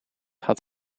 had